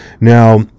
Now